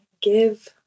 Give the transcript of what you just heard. give